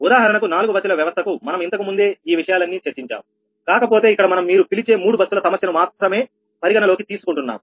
ఉదాహరణకు నాలుగు బస్సుల వ్యవస్థకు మనం ఇంతకుముందే ఈ విషయాలన్నీ చర్చించాముకాకపోతే ఇక్కడ మనం మీరు పిలిచే మూడు బస్సుల సమస్యను మాత్రమే పరిగణనలోకి తీసుకుంటున్నాము